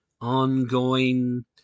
ongoing